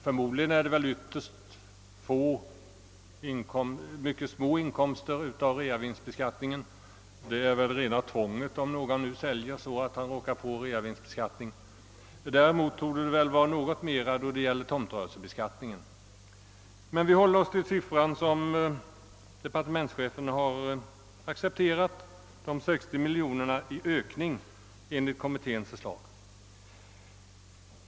Förmodligen är det mycket små inkomster av realisationsvinstbeskattningen. Om någon säljer så att det blir realisationsvinstbeskattning föreligger det väl rent nödtvång. Däremot torde det för närvarande bli något större inkomster av tomtrörelsebeskattningen. Men vi kan hålla oss till den siffra departementschefen accepterat, nämligen de 60 miljonerna i ökning enligt kommitténs förslag.